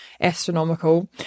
astronomical